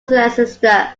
leicester